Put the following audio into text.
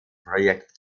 projekt